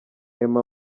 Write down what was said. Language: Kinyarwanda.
emma